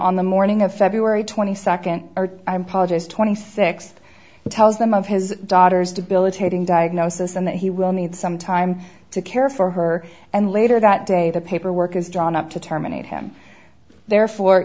on the morning of february twenty second twenty six tells them of his daughter's debilitating diagnosis and that he will need some time to care for her and later that day the paperwork is drawn up to terminate him therefore